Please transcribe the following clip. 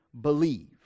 believe